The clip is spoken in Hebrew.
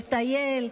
לטייל,